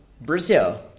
Brazil